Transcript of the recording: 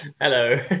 Hello